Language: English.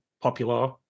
popular